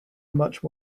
much